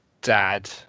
dad